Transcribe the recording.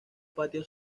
patio